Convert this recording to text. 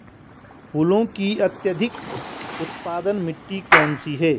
फूलों की अत्यधिक उत्पादन मिट्टी कौन सी है?